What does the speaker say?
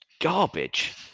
garbage